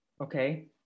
Okay